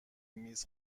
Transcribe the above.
میز